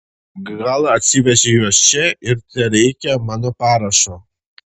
gal atsivežei juos čia ir tereikia mano parašo